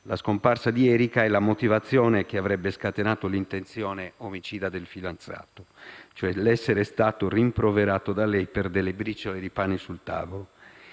la scomparsa di Erika è la motivazione che avrebbe scatenato l'intenzione omicida del fidanzato, cioè l'essere stato rimproverato da lei per delle briciole di pane sul tavolo.